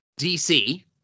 dc